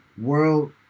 world